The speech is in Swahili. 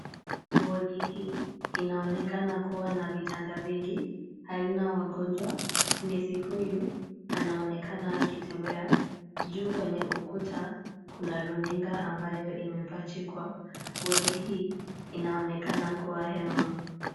Wodi hii inaonekana kuwa na vitanda vingi, haina wagonjwa. Nesi huyu anaonekana akitembea. Juu kwenye ukuta kuna runinga ambayo imepachikwa. Wodi hii inaonekana kuwa hema.